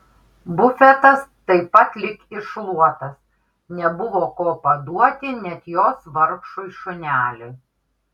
bufetas taip pat lyg iššluotas nebuvo ko paduoti net jos vargšui šuneliui